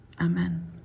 Amen